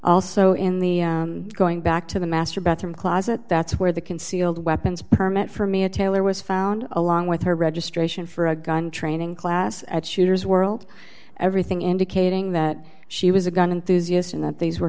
also in the going back to the master bathroom closet that's where the concealed weapons permit for mia taylor was found along with her registration for a gun training class at shooters world everything indicating that she was a gun enthusiast and that these were